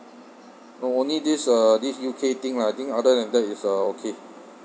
no only this uh this U_K thing lah I think other than that is uh okay